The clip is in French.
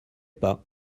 pas